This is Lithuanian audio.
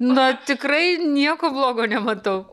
na tikrai nieko blogo nematau